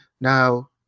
now